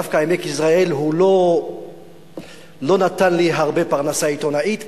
דווקא עמק יזרעאל לא נתן לי הרבה פרנסה עיתונאית,